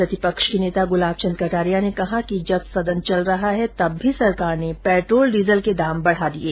प्रतिपक्ष के नेता गुलाब चंद कटारिया ने कहा कि जब सदन चल रहा है तब भी सरकार ने पेट्रोल डीजल के दाम बढा दिये